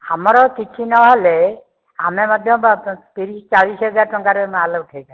ଆମର କିଛି ନ ହେଲେ ଆମେ ମଧ୍ୟ ବା ତିରିଶ ଚାଳିଶ ହଜାର ଟଙ୍କାର ମାଲ୍ ଉଠେଇପାରିବୁ